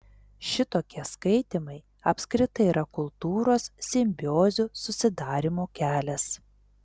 šitokie skaitymai apskritai yra kultūros simbiozių susidarymo kelias